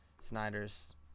Snyder's